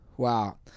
Wow